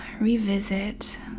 revisit